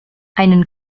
einen